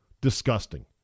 disgusting